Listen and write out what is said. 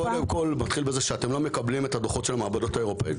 קודם כל אתם לא מקבלים את הדוחות של המעבדות האירופאיות.